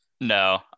no